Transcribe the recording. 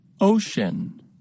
Ocean